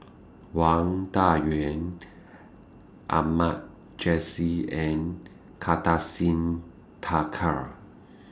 Wang Dayuan Ahmad Jais and Kartar Singh Thakral